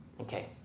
Okay